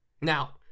Now